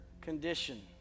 condition